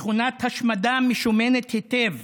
מכונת השמדה משומנת היטב